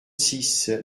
six